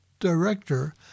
director